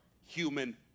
human